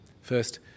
First